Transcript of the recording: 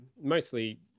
Mostly